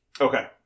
Okay